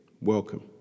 Welcome